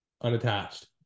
unattached